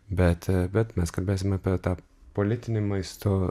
bet bet mes kalbėsim apie tą politinį maisto